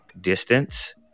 distance